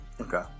Okay